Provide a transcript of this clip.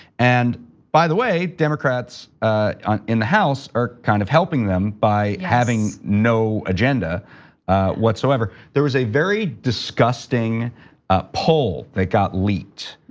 and by the way, democrats in the house are kind of helping them by having no agenda whatsoever. there was a very disgusting ah poll that got leaked,